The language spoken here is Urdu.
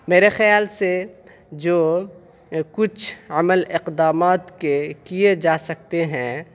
میرے خیال سے جو کچھ عمل اقدامات کے کیے جا سکتے ہیں